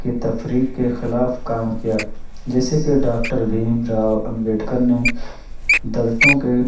کی تفریق کے خلاف کام کیا جیسے کہ ڈاکٹر بھیم راؤ امبیڈکر نے دلتوں کے